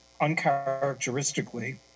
uncharacteristically